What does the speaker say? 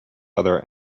other